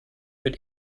wird